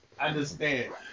understand